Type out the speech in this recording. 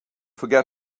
forget